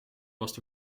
was